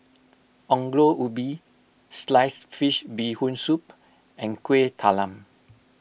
Ongol Ubi Sliced Fish Bee Hoon Soup and Kuih Talam